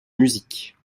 musique